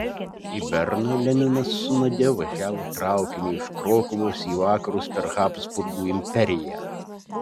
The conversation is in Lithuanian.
į berną leninas su nadia važiavo traukiniu iš krokuvos į vakarus per habsburgų imperiją